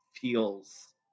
feels